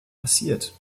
passiert